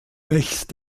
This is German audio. wächst